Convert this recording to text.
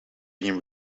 been